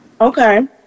Okay